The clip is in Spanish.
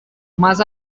más